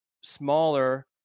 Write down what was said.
smaller